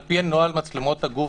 על פי נוהל מצלמות הגוף,